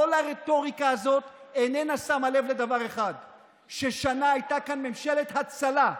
כל הרטוריקה הזאת איננה שמה לב לדבר אחד ששנה הייתה כאן ממשלת הצלה,